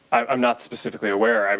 i'm not specifically aware. i mean